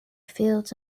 fields